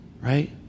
right